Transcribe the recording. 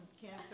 cancer